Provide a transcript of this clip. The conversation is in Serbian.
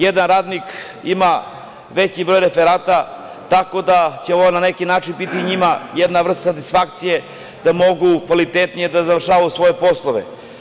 Jedan radnik ima veći broj referata, tako da će ovo na neki način biti njima jedna vrsta satisfakcije, da mogu kvalitetnije da završavaju svoje poslove.